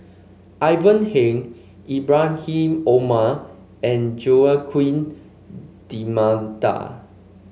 Ivan Heng Ibrahim Omar and Joaquim D'Almeida